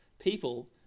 people